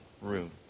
room